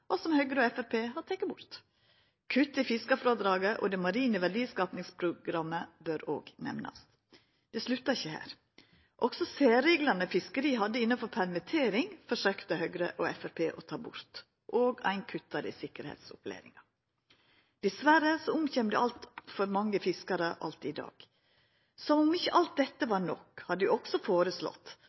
og som Høgre og Framstegspartiet har teke bort. Kutt i fiskarfrådraget og det marine verdiskapingsprogrammet bør også nemnast. Det sluttar ikkje her. Også særreglane fiskeri hadde innanfor permittering, forsøkte Høgre og Framstegspartiet å ta bort. Ein kuttar òg i sikkerheitsopplæringa. Dessverre omkjem det altfor mange fiskarar allereie i dag. Som om ikkje alt dette var nok, har dei også